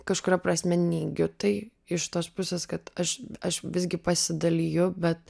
kažkuria prasme neigiu tai iš tos pusės kad aš aš visgi pasidaliju bet